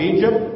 Egypt